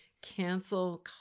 cancel